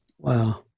wow